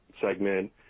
Segment